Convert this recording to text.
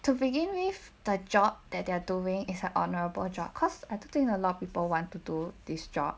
to begin with the job that they're doing is a honourable job cause I don't think a lot of people want to do this job